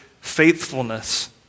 faithfulness